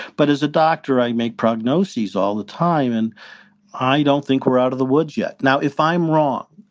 but as a doctor, i make prognoses all the time and i don't think we're out of the woods yet. now, if i'm wrong,